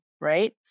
right